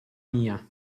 mia